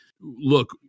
look